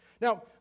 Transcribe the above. Now